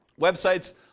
websites